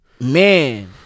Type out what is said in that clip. man